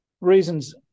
reasons